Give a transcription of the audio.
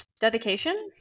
dedication